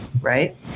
right